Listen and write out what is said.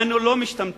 אנו לא משתמטים